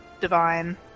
divine